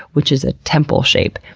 which is a temple shape.